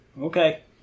Okay